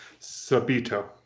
Sabito